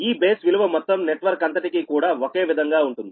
ఈ బేస్ విలువ మొత్తం నెట్వర్క్ అంతటికీ కూడా ఒకే విధంగా ఉంటుంది